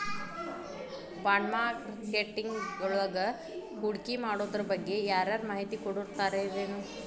ಬಾಂಡ್ಮಾರ್ಕೆಟಿಂಗ್ವಳಗ ಹೂಡ್ಕಿಮಾಡೊದ್ರಬಗ್ಗೆ ಯಾರರ ಮಾಹಿತಿ ಕೊಡೊರಿರ್ತಾರೆನು?